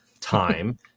time